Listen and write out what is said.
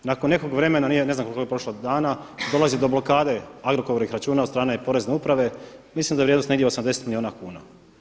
Nakon nekog vremena, ne znam koliko je prošlo dana, dolazi do blokade Agrokorovih računa od strane Porezne uprave, mislim da je vrijednost negdje 80 milijuna kuna.